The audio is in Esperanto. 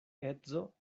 edzo